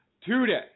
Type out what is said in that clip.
today